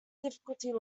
difficulty